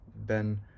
Ben